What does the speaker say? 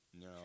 No